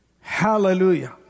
Hallelujah